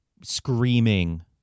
screaming